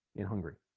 in hungry